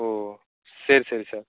ஓ சரி சரி சார்